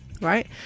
right